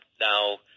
now